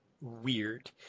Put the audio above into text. weird